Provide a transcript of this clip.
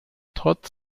trotz